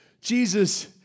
Jesus